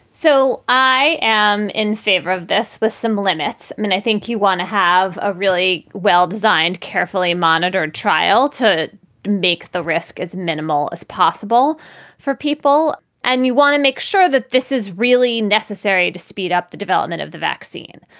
so i am in favor of this with some limits. i mean, i think you want to have a really well-designed, carefully monitored trial to make the risk as minimal as possible for people. and you want to make sure that this is really necessary to speed up the development of the vaccine.